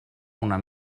una